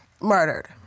murdered